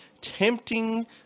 tempting